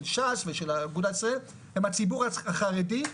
של ש"ס ושל אגודת ישראל הם הציבור החרדי,